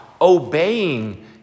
obeying